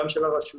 גם של הרשויות,